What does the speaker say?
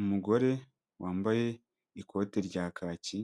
Umugore wambaye ikote rya kaki,